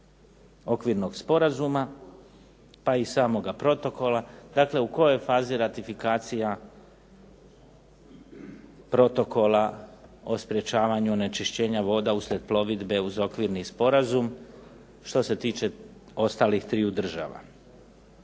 okvirnog sporazuma pa i samoga protokola, dakle u kojoj fazi ratifikacija Protokola o sprečavanju onečišćenja voda uslijed plovidbe uz okvirni sporazum što se tiče ostalih triju država.